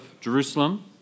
Jerusalem